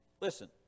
Listen